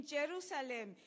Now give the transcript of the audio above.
Jerusalem